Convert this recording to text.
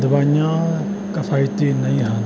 ਦਵਾਈਆਂ ਕਿਫਾਇਤੀ ਨਹੀਂ ਹਨ